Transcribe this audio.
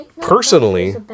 Personally